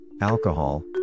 alcohol